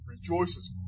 rejoices